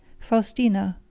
faustina,